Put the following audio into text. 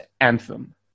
anthem